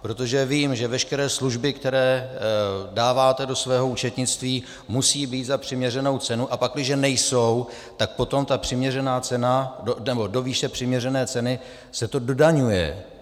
Protože vím, že veškeré služby, které dáváte do svého účetnictví, musí být za přiměřenou cenu, a pakliže nejsou, tak potom do výše přiměřené ceny se to dodaňuje.